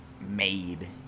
made